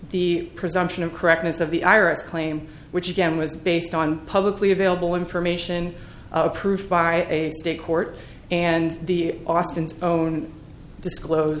the presumption of correctness of the ira's claim which again was based on publicly available information approved by a state court and the austins own disclose